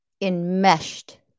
enmeshed